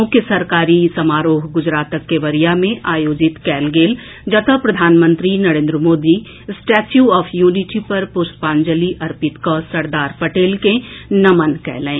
मुख्य सरकारी समारोह गुजरातक केवड़िया मे आयोजित कयल गेल जतऽ प्रधानमंत्री Narendra Modi statue of unity पर पुष्पांजलि अर्पित कऽ सरदार पटेल के नमन कयलनि